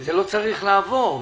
שזה לא צריך לעבור,